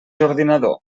ordinador